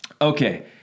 Okay